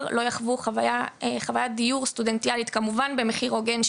לא יחוו חווית דיור סטודנטיאלית שהיא כמובן במחיר הוגן,